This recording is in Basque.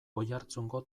oiartzungo